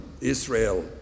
Israel